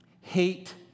Hate